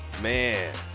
Man